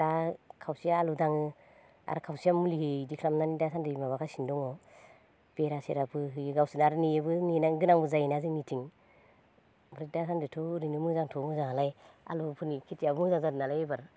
दा खावसेया आलु दाङो आरो खावसेया मुलि होयै इदि खालामनानै दासान्दै माबागासिनो दङ बेरा सेराबो होयो गावसोरनो आरो नेयोबो नेनां गोनांबो जायोना जोंनिथिं ओमफ्राय दा सान्दैथ' ओरैनो मोजांथ' मोजांआलाय आलुफोरनि खिथिआबो मोजां जादों नालाय ओइबार